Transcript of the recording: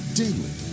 daily